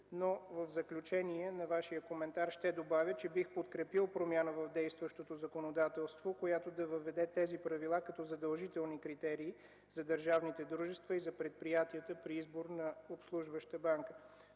В заключение на Вашия коментар ще добавя, че бих подкрепил промяна в действащото законодателство, която да въведе тези правила като задължителни критерии за държавните дружества и за предприятията при избор на обслужваща банка.